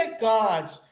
gods